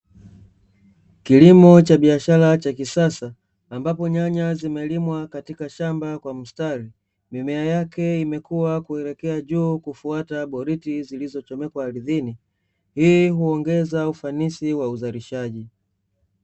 Kilimo cha biashara cha kisasa, ambapo nyanya katika shamba kwa mstari. Mimea yake imekua kuelekea juu kufuata boriti zilizochomekwa ardhini. Hii huongeza ufanisi wa uzalishaji.